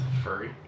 Furry